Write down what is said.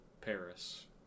Paris